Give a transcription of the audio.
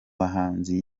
bahanzi